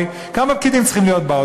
כמה פקידים צריכים להיות במחלקה y,